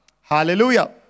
Hallelujah